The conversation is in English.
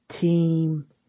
team